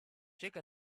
shake